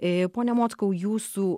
ir pone mockau jūsų